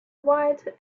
white